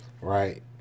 right